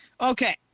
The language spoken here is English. Okay